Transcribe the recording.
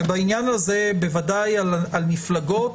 ובעניין הזה בוודאי על מפלגות,